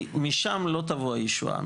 כי משם לא תבוא הישועה.